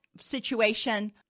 situation